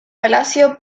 palacio